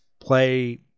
play